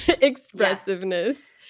expressiveness